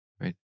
Right